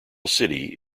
city